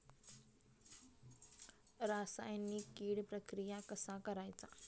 रासायनिक कीड प्रक्रिया कसा करायचा?